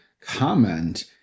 comment